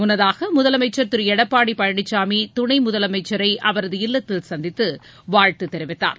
முன்னதாக முதலமைச்சர் திரு எடப்பாடி பழனிசாமி துணை முதலமைச்சரை அவரது இல்லத்தில் சந்தித்து வாழ்த்து தெரிவித்தார்